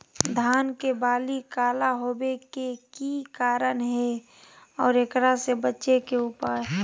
धान के बाली काला होवे के की कारण है और एकरा से बचे के उपाय?